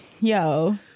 yo